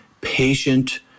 patient